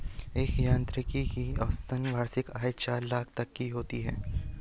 एक यांत्रिकी की औसतन वार्षिक आय चार लाख तक की होती है